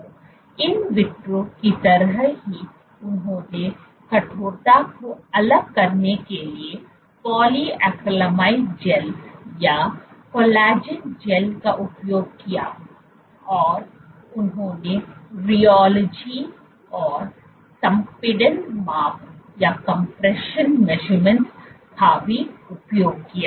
तो in vitro की तरह ही उन्होंने कठोरता को अलग करने के लिए पॉलीक्रैलेमाइड जैल या कोलेजन जैल का उपयोग किया और उन्होंने रियोलॉजी और संपीड़न माप का भी उपयोग किया